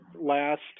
last